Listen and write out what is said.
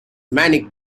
many